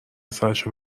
سرشو